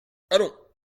allons